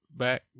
Back